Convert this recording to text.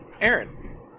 Aaron